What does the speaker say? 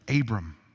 Abram